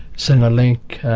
centrelink,